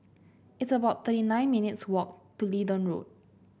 it's about thirty nine minutes' walk to Leedon Road